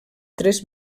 tres